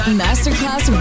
masterclass